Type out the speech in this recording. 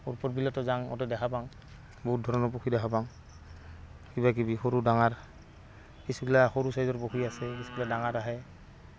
উৎপদ বিলতো যাওঁ সিহঁতক দেখা পাওঁ বহুত ধৰণৰ পক্ষী দেখা পাওঁ কিবাকিবি সৰু ডাঙাৰ কিছুগিলা সৰু ছাইজৰ পক্ষী আছে কিছুগিলা ডাঙাৰ আহে